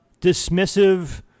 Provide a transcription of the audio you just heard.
dismissive